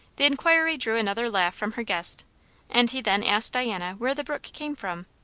the inquiry drew another laugh from her guest and he then asked diana where the brook came from.